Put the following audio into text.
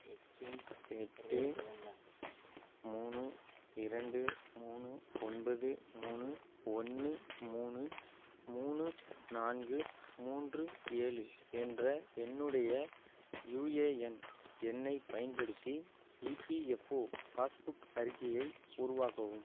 எட்டு மூணு இரண்டு மூணு ஒன்பது மூணு ஒன்னு மூணு மூணு நான்கு மூன்று ஏழு என்ற என்னுடைய யுஏஎன் எண்ணைப் பயன்படுத்தி இபிஎஃப்ஓ பாஸ்புக் அறிக்கையை உருவாக்கவும்